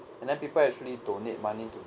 and then people actually donate money to